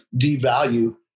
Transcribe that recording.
devalue